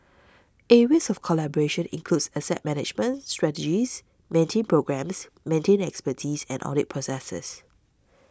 areas of collaboration includes asset management strategies maintenance programmes maintenance expertise and audit processes